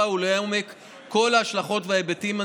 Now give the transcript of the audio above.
ולעומק כל ההשלכות וההיבטים הנדרשים,